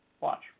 Watch